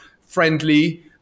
friendly